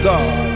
God